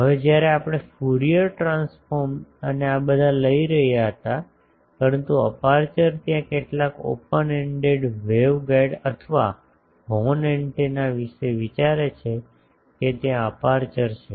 હવે જ્યારે આપણે ફ્યુરિયર ટ્રાન્સફોર્મ અને આ બધા લઈ રહ્યા હતા પરંતુ અપેર્ચર ત્યાં કેટલાક ઓપન એન્ડેડ વેવગાઇડ અથવા હોર્ન એન્ટેના વિશે વિચારે છે કે ત્યાં અપેર્ચર છે